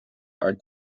are